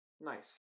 Nice